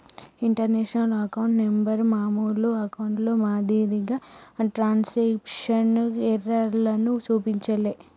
international account number మామూలు అకౌంట్ల మాదిరిగా ట్రాన్స్క్రిప్షన్ ఎర్రర్లను చూపించలే